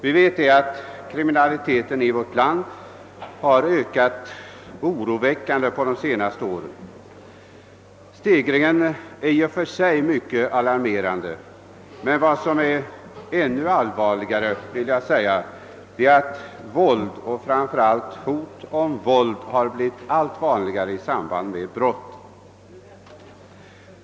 Vi vet att kriminaliteten i vårt land har ökat oroväckande på de senaste åren. Stegringen är i och för sig mycket alarmerande, men vad som ter sig ännu allvarligare är att våld, och framför allt hot om våld, har blivit allt vanligare i samband med brott.